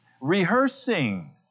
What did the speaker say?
Rehearsing